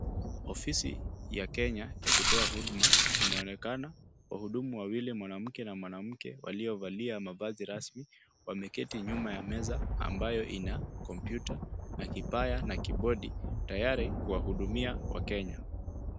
Ofisi ya Kenya ya kutoa huduma inaonekana wahudumu wawili mwanamke na mwanamke waliovalia mavazi rasmi wameketi nyuma ya meza ambayo ina kompyuta na kipaya na kiimbodi tayari kuwahudumia wakenya.